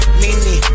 mini